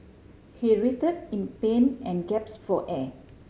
he writhed in pain and for air